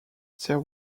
there